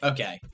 Okay